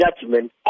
judgment